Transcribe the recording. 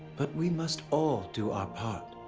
but we must all do our part.